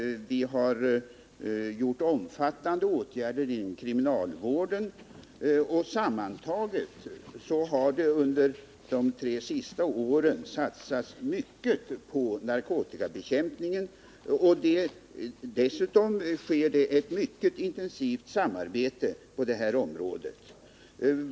Vi har vidtagit omfattande åtgärder inom kriminalvården. Sammantaget har det under de tre senaste åren satsats mycket på narkotikabekämpningen. Dessutom pågår det ett mycket intensivt samarbete på detta område.